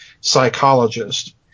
psychologist